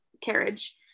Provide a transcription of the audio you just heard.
carriage